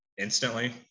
instantly